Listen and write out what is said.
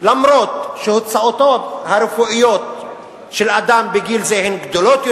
גם אם הוצאותיו הרפואיות של אדם בגיל זה גדולות יותר,